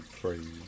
crazy